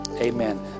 Amen